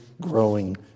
growing